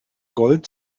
gold